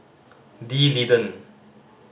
D'Leedon